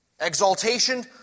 Exaltation